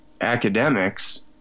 academics